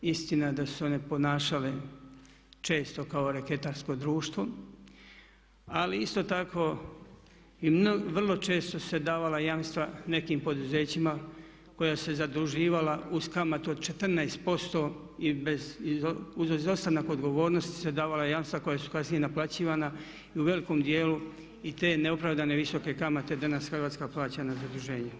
Istina da su se one ponašale često kao reketarsko društvo ali isto tako i vrlo često su se davala jamstva nekim poduzećima koja su se zaduživala uz kamatu od 14% i bez i uz izostanak odgovornosti su se davala jamstva koja su kasnije naplaćivana i u velikom dijelu i te neopravdane visoke kamate danas Hrvatska plaća na zaduženje.